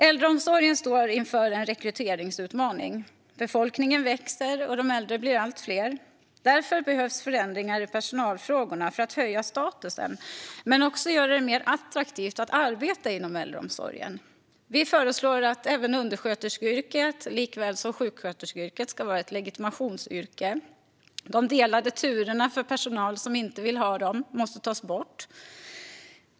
Äldreomsorgen står inför en rekryteringsutmaning. Befolkningen växer, och de äldre blir allt fler. Därför behövs förändringar i personalfrågorna för att höja statusen men också för att göra det mer attraktivt att arbeta inom äldreomsorgen. Vi föreslår att undersköterskeyrket, precis som sjuksköterskeyrket, ska vara ett legitimationsyrke. Dessutom måste delade turer för personal som inte vill ha dem tas bort.